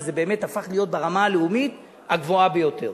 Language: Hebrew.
וזה באמת הפך להיות בעיה ברמה הלאומית הגבוהה ביותר.